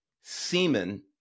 semen